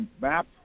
map